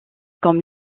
comme